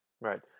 Right